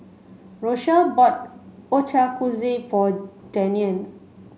Rochelle bought Ochazuke for Dianne